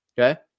Okay